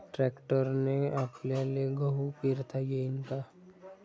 ट्रॅक्टरने आपल्याले गहू पेरता येईन का?